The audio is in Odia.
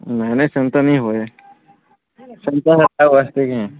ନାଇଁ ନାଇଁ ସେନ୍ତା ନି ହୁଏ ସେନ୍ତା ହେଲେ ଆଉ ଆଏତେ କେଁ